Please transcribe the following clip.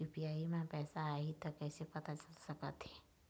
UPI म पैसा आही त कइसे पता चल सकत हे?